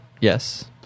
Yes